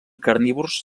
carnívors